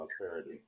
prosperity